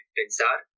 pensar